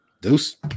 Deuce